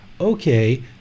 okay